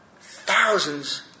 thousands